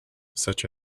such